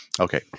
Okay